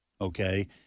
okay